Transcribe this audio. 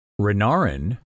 renarin